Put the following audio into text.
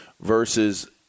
versus